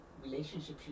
Relationships